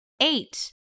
eight